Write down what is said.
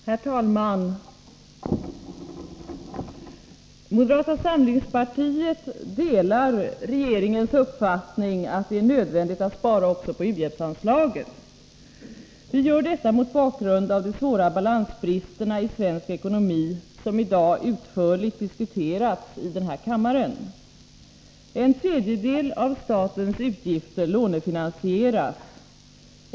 Herr talman! Moderata samlingspartiet delar regeringens uppfattning att det är nödvändigt att spara också på u-hjälpsanslaget. Vi gör detta mot bakgrund av de svåra balansbristerna i svensk ekonomi, som i dag utförligt diskuterats i denna kammare. En tredjedel av statens utgifter lånefinansieras.